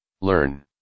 learn